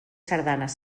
sardanes